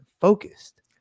focused